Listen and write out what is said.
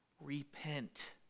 repent